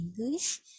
English